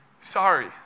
sorry